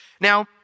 Now